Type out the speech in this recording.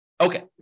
Okay